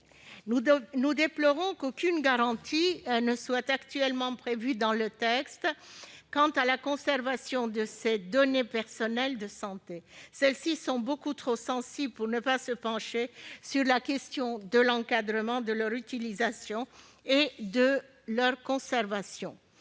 Nous déplorons que le texte ne prévoie actuellement aucune garantie concernant la conservation de ces données personnelles de santé. Celles-ci sont beaucoup trop sensibles pour que l'on se prive de se pencher sur la question de l'encadrement de leur utilisation et de leur conservation.